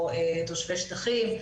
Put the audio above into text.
או תושבי שטחים,